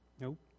Nope